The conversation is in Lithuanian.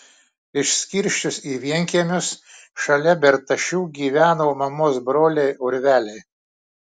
išskirsčius į vienkiemius šalia bertašių gyveno mamos broliai urveliai